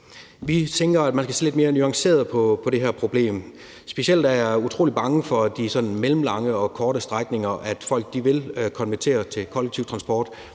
Vi tænker, at man skal se lidt mere nuanceret på det her problem. Specielt er jeg utrolig bange for, at folk på de mellemlange og korte strækninger vil konvertere til kollektiv transport,